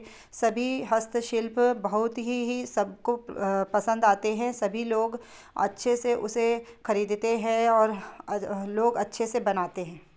सभी हस्तशिल्प बहुत ही ही सबको पसंद आते हैं सभी लोग अच्छे से उसे खरीदते हैं और लोग अच्छे से बनाते हैं